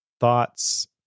thoughts